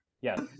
Yes